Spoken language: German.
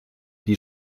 die